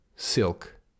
Silk